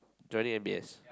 joining M_B_S